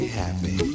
happy